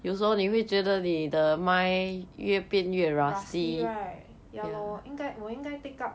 rusty right ya lor 应该我应该 take up